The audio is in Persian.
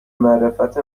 معرفت